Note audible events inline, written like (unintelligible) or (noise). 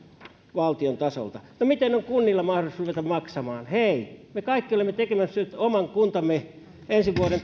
valtion tasolta mutta miten on kunnilla mahdollisuus ruveta maksamaan hei me kaikki olemme tekemässä nyt oman kuntamme ensi vuoden (unintelligible)